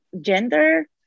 gender